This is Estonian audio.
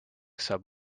saab